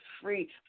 free